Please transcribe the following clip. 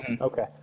okay